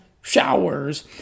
showers